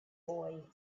boy